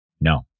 No